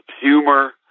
humor